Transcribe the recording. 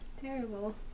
terrible